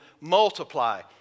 multiply